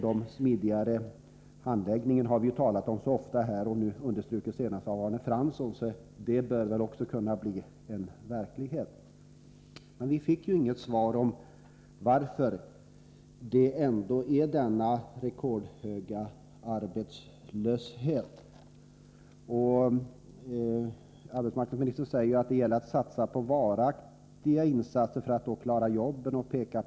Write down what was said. En smidigare handläggning har vi talat om ofta här. Vikten av en sådan underströks senast av Arne Fransson, så det bör väl också kunna bli verklighet. Vi fick inget svar på frågan varför vi ändå har denna rekordhöga arbetslöshet i vårt land. Arbetsmarknadsministern säger att det gäller att satsa på varaktiga jobb. Hon pekar på devalveringen som en viktig åtgärd.